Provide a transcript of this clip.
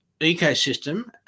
ecosystem